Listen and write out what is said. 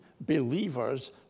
believers